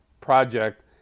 project